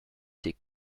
des